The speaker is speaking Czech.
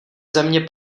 země